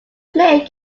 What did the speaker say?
player